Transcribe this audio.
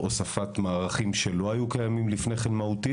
הוספת מערכים שלא היו קיימים מהותית.